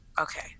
Okay